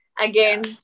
again